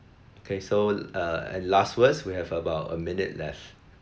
okay so uh and last words we have about a minute left